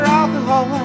alcohol